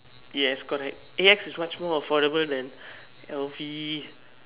yes correct AX is much more affordable man L_V